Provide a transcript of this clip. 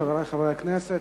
חברי חברי הכנסת,